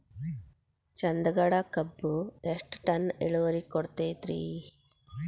ಚಂದಗಡ ಕಬ್ಬು ಎಷ್ಟ ಟನ್ ಇಳುವರಿ ಕೊಡತೇತ್ರಿ?